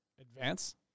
Advance